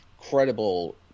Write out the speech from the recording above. credible